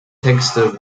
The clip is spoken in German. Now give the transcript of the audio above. texte